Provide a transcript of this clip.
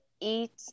eat